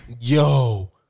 Yo